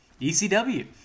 ECW